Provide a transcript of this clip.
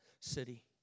city